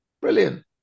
Brilliant